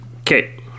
okay